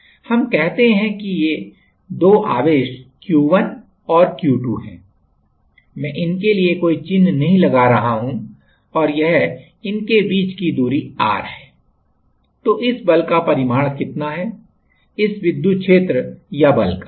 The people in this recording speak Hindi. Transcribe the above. तो हम कहते हैं कि यह दो आवेश Q1 और Q2 हैं मैं इनके लिए कोई चिन्ह नहीं लगा रहा हूं और यह इनके बीच की दूरी r है तो इस बल का परिमाण कितना है इस विद्युत क्षेत्र या बल का